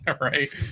Right